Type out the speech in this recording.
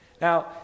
Now